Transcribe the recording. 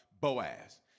Boaz